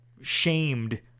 shamed